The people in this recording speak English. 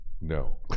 no